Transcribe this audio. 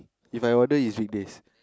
If I order is weekdays